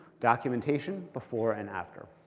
documentation before and after.